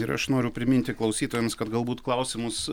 ir aš noriu priminti klausytojams kad galbūt klausimus